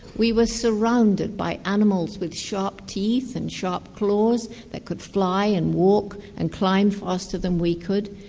we were surrounded by animals with sharp teeth and sharp claws that could fly and walk and climb faster than we could.